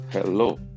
Hello